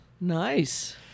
Nice